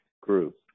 group